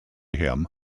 him